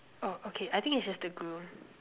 oh okay I think it's just the groom